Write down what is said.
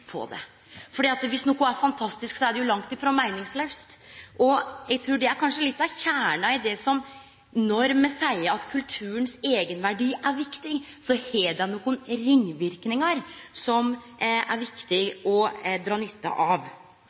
på dette, for viss noko er fantastisk, er det jo langt ifrå meiningslaust. Eg trur kanskje dette er litt av kjernen her: Når me seier at kulturens eigenverdi er viktig, har det nokre ringverknader som det er viktig å dra nytte av.